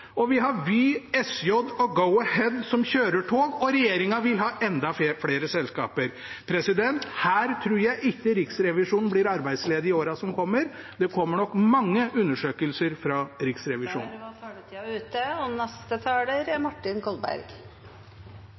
og vi har Vy, SJ og Go-Ahead, som kjører tog, og regjeringen vil ha enda flere selskaper. Her tror jeg ikke Riksrevisjonen blir arbeidsledig i årene som kommer. Det kommer nok mange undersøkelser fra Riksrevisjonen. Jeg tillater meg noen refleksjoner. Den første er